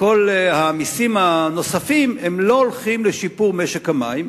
מכל המסים הנוספים לא הולכות לשיפור משק המים